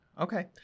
Okay